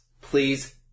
Please